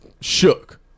shook